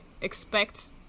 expect